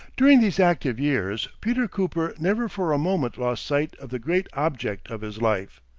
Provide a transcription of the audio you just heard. during these active years peter cooper never for a moment lost sight of the great object of his life.